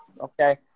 okay